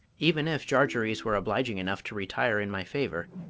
even if jarjarees were obliging enough to retire in my favour,